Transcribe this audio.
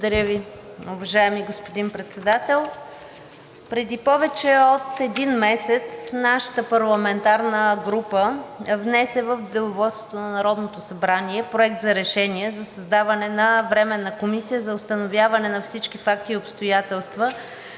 Благодаря Ви, уважаеми господин Председател. Преди повече от един месец нашата парламентарна група внесе в Деловодството на Народното събрание Проект на решение за създаване на Временна комисия за установяване на всички факти и обстоятелства,